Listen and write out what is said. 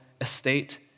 estate